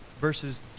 versus